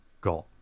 got